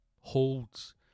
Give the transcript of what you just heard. holds